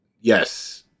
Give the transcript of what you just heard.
yes